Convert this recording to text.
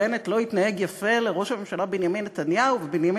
בנט לא התנהג יפה לראש הממשלה בנימין נתניהו ובנימין